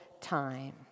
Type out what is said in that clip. time